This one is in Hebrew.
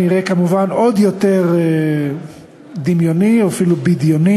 גם שם צריכה להיות יותר פתיחות להיבט הזה של השוויוניות ושכל הגישה